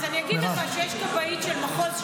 אז אני אגיד לך שיש כבאית של מחוז ש"י,